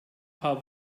paar